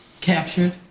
Captured